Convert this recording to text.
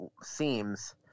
seems